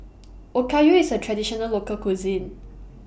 Okayu IS A Traditional Local Cuisine